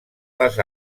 les